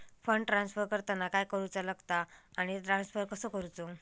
Fund transfer करताना काय करुचा लगता आनी ट्रान्स्फर कसो करूचो?